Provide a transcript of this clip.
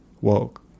walk